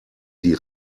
die